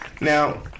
Now